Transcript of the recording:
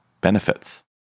benefits